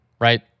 Right